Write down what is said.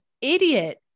idiot